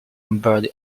bird